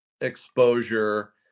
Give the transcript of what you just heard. exposure